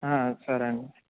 సరేనండి